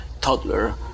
toddler